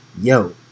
yo